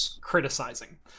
criticizing